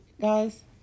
guys